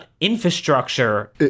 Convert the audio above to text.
infrastructure